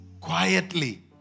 quietly